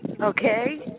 Okay